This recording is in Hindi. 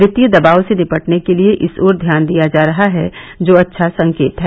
कि्तीय दबाव से निपटने के लिए इस ओर ध्यान दिया जा रहा है जो अच्छा संकेत है